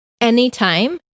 anytime